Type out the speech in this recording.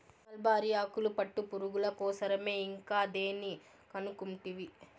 mulberry ఆకులు పట్టుపురుగుల కోసరమే ఇంకా దేని కనుకుంటివి